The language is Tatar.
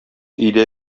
өйдә